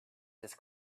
this